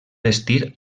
vestir